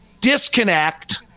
disconnect